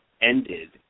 ended